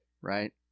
right